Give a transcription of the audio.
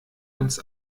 uns